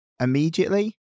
immediately